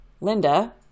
Linda